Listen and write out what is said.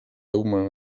humana